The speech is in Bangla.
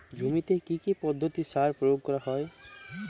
জমিতে কী কী পদ্ধতিতে সার প্রয়োগ করতে হয়?